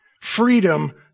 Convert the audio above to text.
freedom